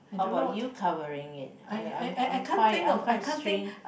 how about you covering it I'm quite I'm quite strain